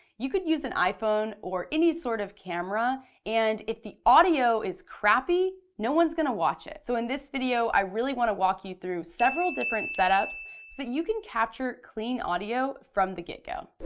you could use an iphone or any sort of camera and if the audio is crappy, no one's gonna watch it. so in this video, i really want to walk you through several different setups so that you can capture clean audio from the get go.